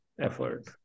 effort